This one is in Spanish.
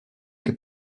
que